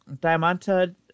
Diamante